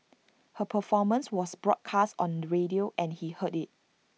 her performance was broadcast on radio and he heard IT